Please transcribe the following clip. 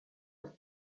ist